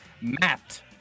Matt